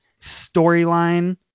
storyline